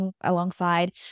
alongside